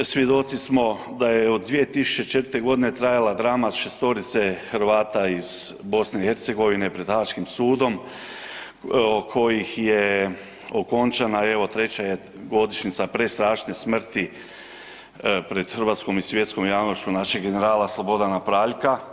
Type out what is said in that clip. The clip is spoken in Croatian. Svjedoci da je od 2004. godine trajala drama šestorice Hrvata iz BiH pred Haaškim sudom od kojih je okončana evo treća je godišnjica prestrašne smrti pred hrvatskom i svjetskom javnošću našeg generala Slobodana Praljka.